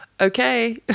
okay